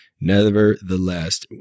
Nevertheless